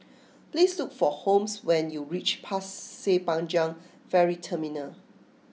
please look for Holmes when you reach Pasir Panjang Ferry Terminal